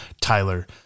Tyler